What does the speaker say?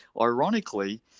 ironically